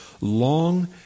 long